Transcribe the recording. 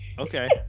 okay